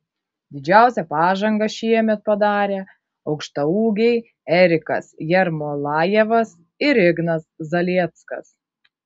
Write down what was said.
didžiausią pažangą šiemet padarė aukštaūgiai erikas jermolajevas ir ignas zalieckas